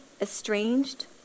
estranged